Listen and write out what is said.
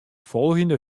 folgjende